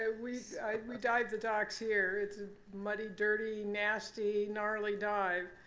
ah we dive the docks here. it's a muddy, dirty, nasty, gnarly dive.